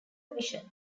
vision